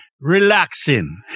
relaxing